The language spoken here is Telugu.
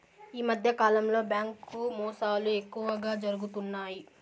ఈ మధ్యకాలంలో బ్యాంకు మోసాలు ఎక్కువగా జరుగుతున్నాయి